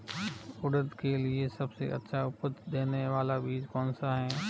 उड़द के लिए सबसे अच्छा उपज देने वाला बीज कौनसा है?